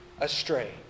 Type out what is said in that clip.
astray